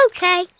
Okay